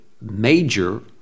major